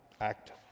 Act